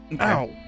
ow